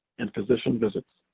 and physician visits.